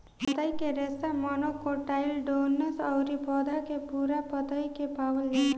पतई के रेशा मोनोकोटाइलडोनस अउरी पौधा के पूरा पतई में पावल जाला